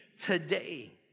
today